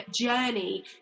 journey